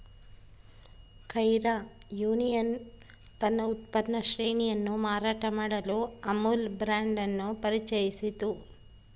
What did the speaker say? Kaira union ತನ್ನ ಉತ್ಪನ್ನ ಶ್ರೇಣಿಯನ್ನು ಮಾರಾಟ ಮಾಡಲು ಅಮುಲ್ ಬ್ರಾಂಡ್ ಅನ್ನು ಪರಿಚಯಿಸಿತು